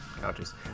couches